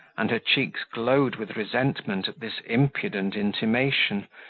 and her cheeks glowed with resentment at this impudent intimation,